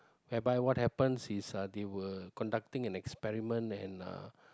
where by what happens is uh they were conducting an experiment and uh